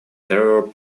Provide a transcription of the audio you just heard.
carrier